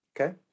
Okay